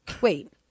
Wait